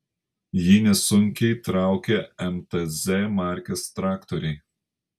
jį nesunkiai traukia mtz markės traktoriai